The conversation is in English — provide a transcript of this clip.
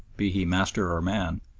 be he master or man,